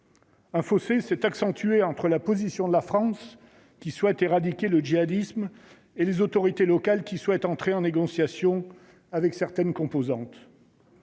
Un fossé s'est accentué entre la position de la France qui souhaite éradiquer le djihadisme et les autorités locales qui souhaitent entrer en négociation avec certaines composantes.